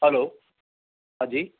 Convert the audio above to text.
hello हाँ जी